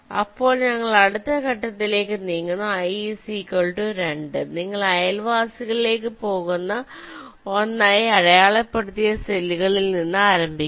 അപ്പോൾ ഞങ്ങൾ അടുത്ത ഘട്ടത്തിലേക്ക് നീങ്ങുന്നു i 2 നിങ്ങൾ അയൽവാസികളിലേക്ക് പോകുന്ന ഒന്നായി അടയാളപ്പെടുത്തിയ സെല്ലുകളിൽ നിന്ന് ആരംഭിക്കുക